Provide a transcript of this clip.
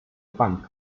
punk